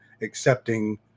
accepting